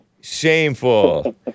Shameful